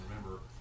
remember